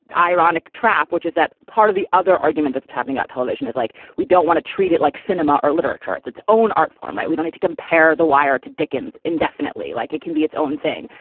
ironic trap, which is that part of the other argument that's happening on television is like we don't want to treat it like cinema or literature. it's its own art form, right. we don't need to compare the wire to dickens indefinitely like it can be its own thing.